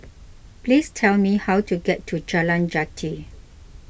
please tell me how to get to Jalan Jati